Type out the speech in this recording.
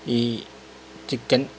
ഈ ചിക്കൻ